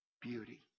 beauty